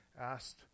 asked